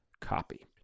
copy